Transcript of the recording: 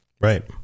Right